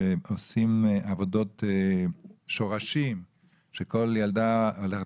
שעושים עבודות שורשים בהם כל ילדה הולכת